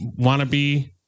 wannabe